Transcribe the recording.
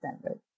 standard